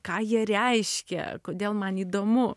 ką jie reiškia kodėl man įdomu